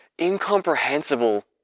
incomprehensible